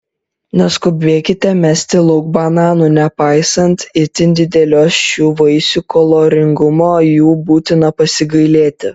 neskubėkite mesti lauk bananų nepaisant itin didelio šių vaisių kaloringumo jų būtina pasigailėti